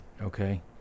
Okay